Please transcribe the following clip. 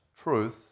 truth